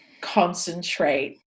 concentrate